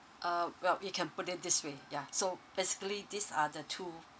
um well you can put it this way yeah so basically these are the two